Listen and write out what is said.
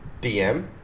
DM